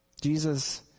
Jesus